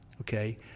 okay